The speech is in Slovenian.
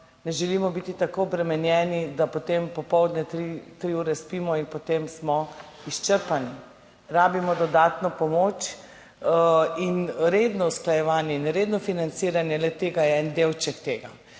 ne želimo biti tako obremenjeni, da potem popoldne tri ure spimo in potem smo izčrpani. Potrebujemo dodatno pomoč in redno usklajevanje in redno financiranje le-tega je en delček tega.